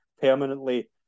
permanently